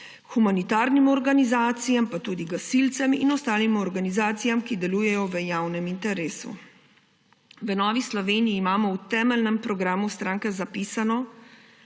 humanitarnim organizacijam pa tudi gasilcem in ostalim organizacijam, ki delujejo v javnem interesu. V Novi Sloveniji imamo v temeljnem programu stranke zapisano,